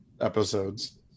episodes